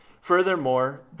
Furthermore